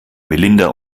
melinda